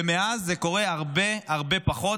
ומאז זה קורה הרבה הרבה פחות.